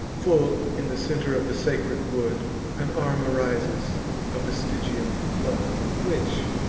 full in the center of the sacred wood an arm arises of the stygian flood, which,